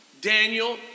Daniel